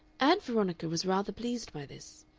ann veronica was rather pleased by this.